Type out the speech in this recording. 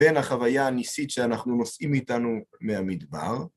‫בין החוויה הניסית ‫שאנחנו נושאים איתנו מהמדבר.